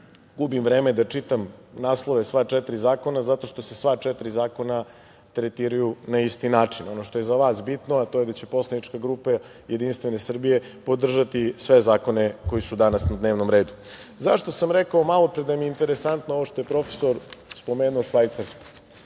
gubim vreme da čitam naslove sva četiri zakona, zato što se sva četiri zakona tretiraju na isti način. Ono što je za vas bitno, to je da će Poslanička grupa Jedinstvene Srbije podržati sve zakone koji su danas na dnevnom redu.Zašto sam rekao malopre da mi je interesantno ovo što je profesor spomenuo Švajcarsku?